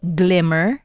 glimmer